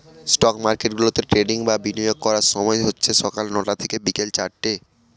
stock market গুলাতে trading বা বিনিয়োগ করার সময় হচ্ছে সকাল নটা থেকে বিকেল চারটে